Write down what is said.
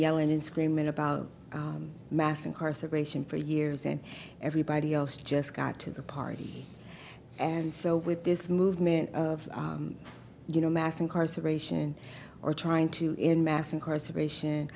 yelling and screaming about mass incarceration for years and everybody else just got to the party and so with this movement of you know mass incarceration or trying to in mass incarceration